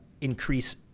increase